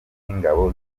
y’ingabo